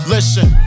Listen